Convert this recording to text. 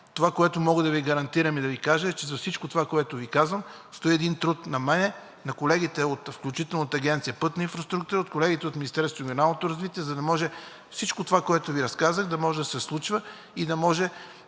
Това, което мога да Ви гарантирам и да Ви кажа, е, че зад всички това, което Ви казвам, стои един труд – на мен, на колегите, включително от Агенция „Пътна инфраструктура“, колегите от Министерството на регионалното развитие, за да може всичко това, което Ви разказах, да може да се случва и да може